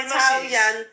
Italian